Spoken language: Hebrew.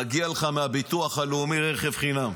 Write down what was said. מגיע לך מביטוח לאומי רכב חינם.